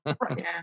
right